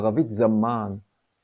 ערבית زَمَن זמן,